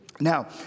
Now